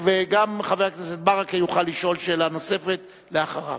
גם חבר הכנסת ברכה יוכל לשאול שאלה נוספת אחריו.